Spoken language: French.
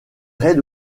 red